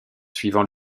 suivant